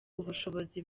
ubushobozi